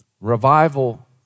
Revival